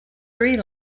three